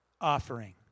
offering